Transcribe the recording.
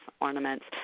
ornaments